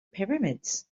pyramids